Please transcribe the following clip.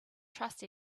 trust